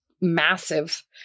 massive